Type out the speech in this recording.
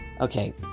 Okay